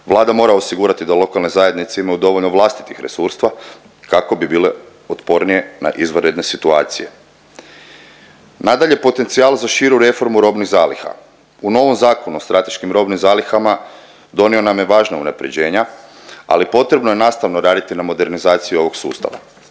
Vlada mora osigurati da lokalne zajednice imaju dovoljno vlastitih resursa kako bi bile otpornije na izvanredne situacije. Nadalje, potencijal za širu reformu robnih zaliha. U novom Zakonu o strateškim robnim zalihama donio nam je važna unaprjeđenja, ali potrebno je nastavno raditi na modernizaciji ovog sustava.